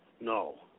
No